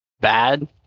bad